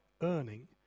earning